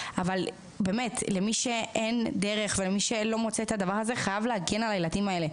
אבל למי שאין דרך ומי שלא מוצא את הדבר הזה חייב להגן על הילדים האלה,